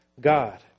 God